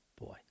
boy